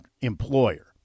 employer